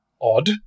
odd